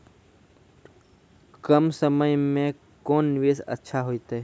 कम समय के कोंन निवेश अच्छा होइतै?